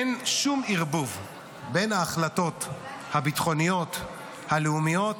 אין שום ערבוב בין ההחלטות הביטחוניות הלאומיות